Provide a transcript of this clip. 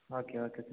okay okay sir